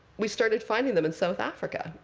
we started finding them in south africa.